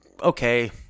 okay